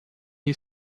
you